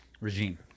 regime